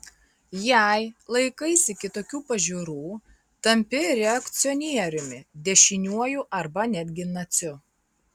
jei laikaisi kitokių pažiūrų tampi reakcionieriumi dešiniuoju arba netgi naciu